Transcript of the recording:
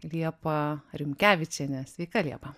liepa rimkevičienė sveika liepa